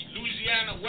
Louisiana